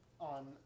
on